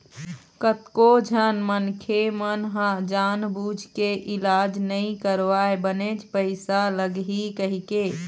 कतको झन मनखे मन ह जानबूझ के इलाज नइ करवाय बनेच पइसा लगही कहिके